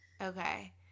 okay